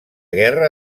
guerra